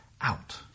out